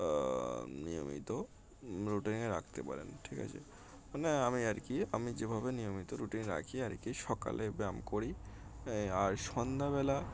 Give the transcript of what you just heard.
নিয়মিত রুটিনে রাখতে পারেন ঠিক আছে না আমি আর কি আমি যেভাবে নিয়মিত রুটিন রাখি আর কি সকালে ব্যায়াম করি আর সন্ধ্যাবেলা